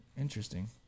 interesting